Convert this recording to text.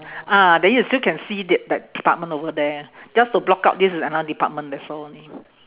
ah then you still can see the that department over there just to block out this is another department that's all only